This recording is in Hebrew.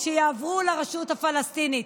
שיעברו לרשות הפלסטינית.